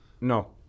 No